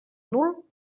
nul